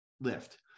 lift